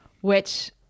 Which-